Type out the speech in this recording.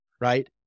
right